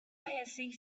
hissing